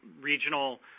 regional